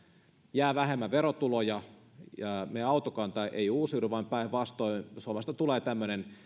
jää vähemmän verotuloja meidän autokantamme ei uusiudu vaan päinvastoin suomesta tulee tämmöinen